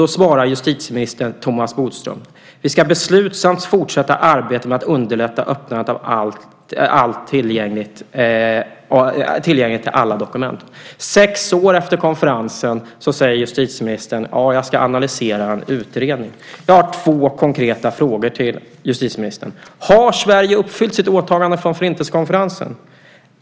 Då svarar justitieminister Thomas Bodström: Vi ska beslutsamt fortsätta arbetet med att underlätta tillgängligheten till alla dokument. Sex år efter konferensen säger justitieministern att han ska analysera en utredning. Jag har två konkreta frågor till justitieministern. Har Sverige uppfyllt sitt åtagande från Förintelsekonferensen?